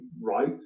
right